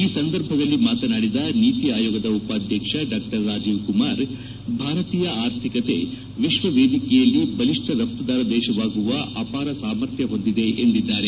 ಈ ಸಂದರ್ಭದಲ್ಲಿ ಮಾತನಾಡಿದ ನೀತಿ ಆಯೋಗದ ಉಪಾಧ್ಯಕ್ಷ ಡಾ ರಾಜೀವ್ ಕುಮಾರ್ ಭಾರತೀಯ ಆರ್ಥಿಕತೆ ವಿಶ್ವ ವೇದಿಕೆಯಲ್ಲಿ ಬಲಿಷ್ಷ ರಘ್ತುದಾರ ದೇಶವಾಗುವ ಅಪಾರ ಸಾಮರ್ಥ್ಯ ಹೊಂದಿದೆ ಎಂದಿದ್ದಾರೆ